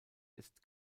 ist